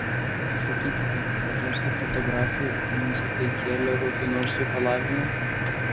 sakykite ar jums kaip fotografei muzikai kėlė kokių nors reikalavimų